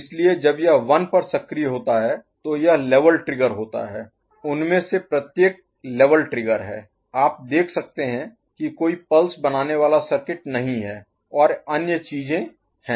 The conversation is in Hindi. इसलिए जब यह 1 पर सक्रिय होता है तो यह लेवल स्तर ट्रिगर होता है उनमें से प्रत्येक लेवल स्तर ट्रिगर है आप देख सकते हैं कि कोई पल्स बनाने वाला सर्किट नहीं है और अन्य चीजें हैं